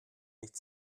nicht